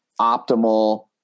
optimal